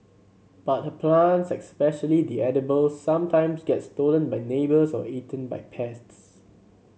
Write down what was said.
but her plants especially the edibles sometimes get stolen by neighbours or eaten by pests